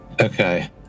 Okay